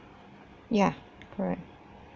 ya correct